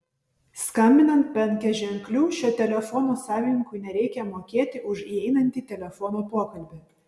skambinant penkiaženkliu šio telefono savininkui nereikia mokėti už įeinantį telefono pokalbį